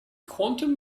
quantum